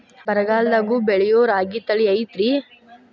ಬರಗಾಲದಾಗೂ ಬೆಳಿಯೋ ರಾಗಿ ತಳಿ ಐತ್ರಿ?